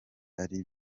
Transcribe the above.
ari